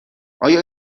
آیا